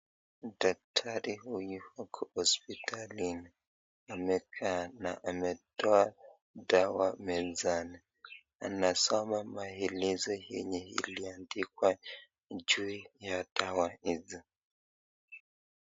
Daktari huyu ako hospitalini, amekaa na ametoa dawa mezani anasoma meelezo yenye imeandikwa juu ya dawa hizo.